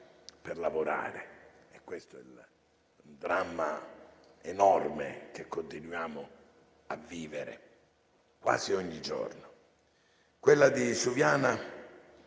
per lavorare. Questo è un dramma enorme, che continuiamo a vivere quasi ogni giorno. Quella di Suviana